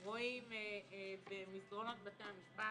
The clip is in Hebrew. אנחנו רואים במסדרונות בתי המשפט